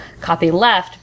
copyleft